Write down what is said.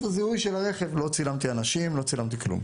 לא צילמתי אנשים ולא כלום.